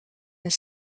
een